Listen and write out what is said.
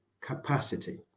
capacity